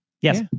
yes